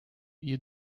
you